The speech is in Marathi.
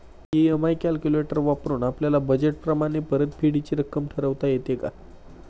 इ.एम.आय कॅलक्युलेटर वापरून आपापल्या बजेट प्रमाणे परतफेडीची रक्कम ठरवता येते का?